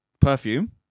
perfume